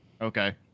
Okay